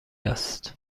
است